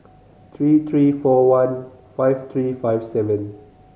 three three four one five three five seven